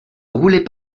roulait